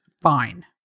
fine